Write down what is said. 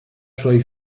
suoi